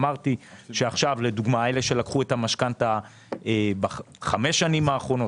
אמרתי שעכשיו לדוגמה אלה שלקחו את המשכנתה בחמש השנים האחרונות,